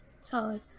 Solid